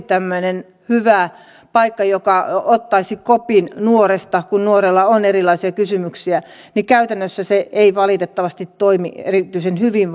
tämmöinen hyvä paikka joka ottaisi kopin nuoresta kun nuorella on erilaisia kysymyksiä käytännössä ei valitettavasti toimi erityisen hyvin